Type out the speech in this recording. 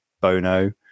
bono